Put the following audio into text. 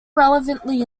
relatively